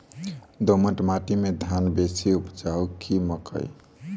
दोमट माटि मे धान बेसी उपजाउ की मकई?